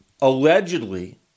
allegedly